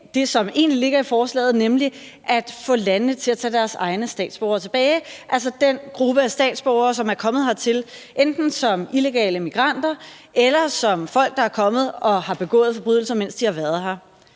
det, som egentlig ligger i forslaget, nemlig at få landene til at tage deres egne statsborgere tilbage, altså den gruppe af statsborgere, som enten er kommet hertil som illegale immigranter eller er folk, der er kommet og har begået forbrydelser, mens de har været her.